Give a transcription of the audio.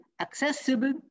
accessible